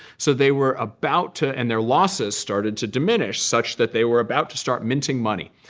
so they were about to end their losses started to diminish, such that they were about to start minting money.